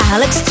Alex